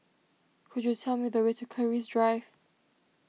could you tell me the way to Keris Drive